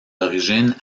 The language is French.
origines